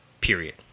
Period